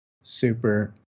super